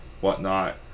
whatnot